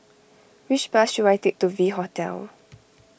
which bus should I take to V Hotel